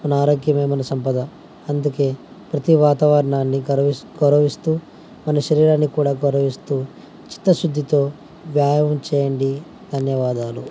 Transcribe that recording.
మన ఆరోగ్యమే మన సంపద అందుకని ప్రతి వాతావరణాన్ని గౌరవి గౌరవిస్తు మన శరీరాన్ని కూడా గౌరవిస్తూ చిత్త శుద్ధితో వ్యాయామం చేయండి ధన్యవాదాలు